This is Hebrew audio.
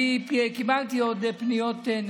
קיבלתי עוד פניות,